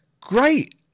great